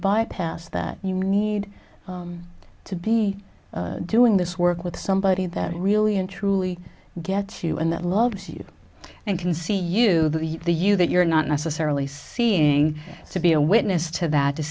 bypass that you need to be doing this work with somebody that really and truly get to and that loves you and can see you the you that you're not necessarily seeing to be a witness to that to